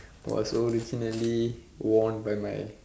was originally worn by my